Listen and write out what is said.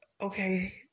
okay